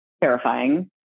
Terrifying